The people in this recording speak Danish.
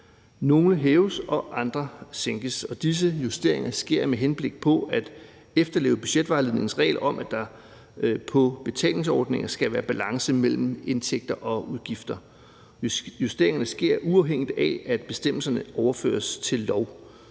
Nogle hæves, og andre sænkes, og disse justeringer sker med henblik på at efterleve budgetvejledningens regel om, at der på betalingsordninger skal være balance mellem indtægter og udgifter. Justeringerne sker, uafhængigt af at bestemmelserne overføres til lov.